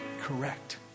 correct